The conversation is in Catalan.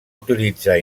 utilitzar